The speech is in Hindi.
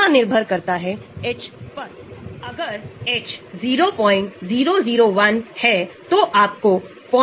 इन्हें प्रतिस्थापित बेंजोइक एसिड कहा जाता है और ये बेंजोइक एसिड अलग हो सकते हैं